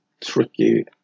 tricky